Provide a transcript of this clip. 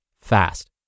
fast